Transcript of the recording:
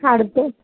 അടുത്ത്